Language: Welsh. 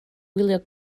wylio